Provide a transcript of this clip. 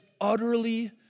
utterly